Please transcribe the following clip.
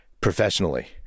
professionally